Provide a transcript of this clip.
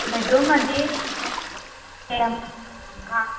बेड्रूम्मध्ये एवं हा